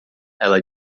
ela